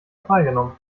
freigenommen